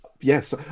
yes